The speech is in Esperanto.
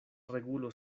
regulo